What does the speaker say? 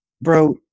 Bro